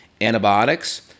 antibiotics